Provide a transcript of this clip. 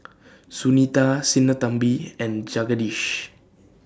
Sunita Sinnathamby and Jagadish